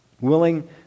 Willing